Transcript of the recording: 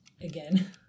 again